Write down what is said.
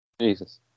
Jesus